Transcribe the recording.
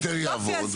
יופי,